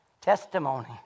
testimony